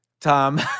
Tom